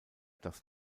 dass